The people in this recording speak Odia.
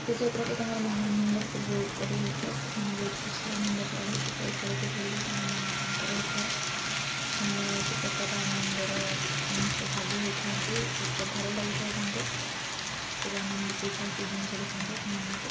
ସେ ସବୁ ପ୍ରତି ତାଙ୍କର ମନ ଆନନ୍ଦ ଖୁବ ବହୁତ କରେ ଏତେ ସେମାନେ ବହୁତ ଖୁସି ଆନନ୍ଦ କରନ୍ତି ସେ ସବୁ ଖେଳକୁ ଖେଳିକି ତାଙ୍କ ମନ ଶାନ୍ତ ରହିଥାଏ ଅ କୌଣସି ପ୍ରକାରର ଆନନ୍ଦର ସେ ଭାଗି ହୋଇଥାନ୍ତି ଏତେ ଭଲ ଲାଗିଥାଏ ତାଙ୍କୁ ଖୁବ ଆନନ୍ଦ ଦେଇଥାଏ ସେଇ ଜିନିଷଟି ତାଙ୍କ ମନକୁ